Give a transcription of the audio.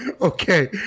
Okay